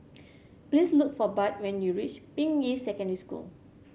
please look for Bud when you reach Ping Yi Secondary School